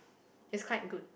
it's quite good